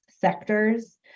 sectors